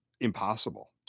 impossible